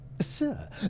Sir